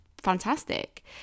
fantastic